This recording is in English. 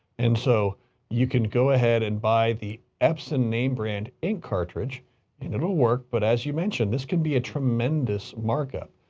and so you can go ahead and buy the epson name brand ink cartridge and it will work. but as you mentioned this can be a tremendous mark up.